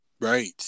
Right